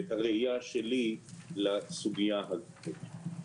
ואת הראייה שלי לסוגיה הזאת.